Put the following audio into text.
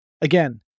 Again